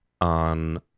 on